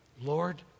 Lord